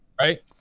Right